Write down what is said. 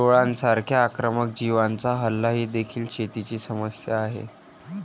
टोळांसारख्या आक्रमक जीवांचा हल्ला ही देखील शेतीची समस्या आहे